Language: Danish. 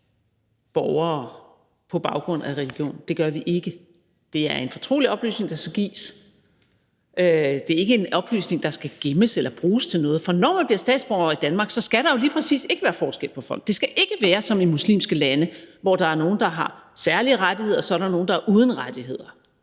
borgere på baggrund af religion – det gør vi ikke. Det er en fortrolig oplysning, der skal gives; det er ikke en oplysning, der skal gemmes eller bruges til noget. For når man bliver statsborger i Danmark, skal der jo lige præcis ikke være forskel på folk. Det skal ikke være som i muslimske lande, hvor der er nogle, der har særlige rettigheder, og så er der nogen, der er uden rettigheder,